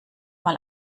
mal